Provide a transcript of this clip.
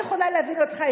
אני יכולה להבין אותך,